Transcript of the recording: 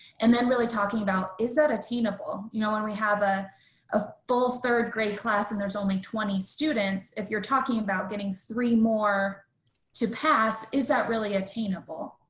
and then really talking about is that attainable? you know when we have a ah full third grade class and there's only twenty students. if you're talking about getting three more to pass. is that really attainable?